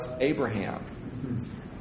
Abraham